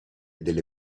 delle